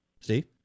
Steve